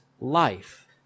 life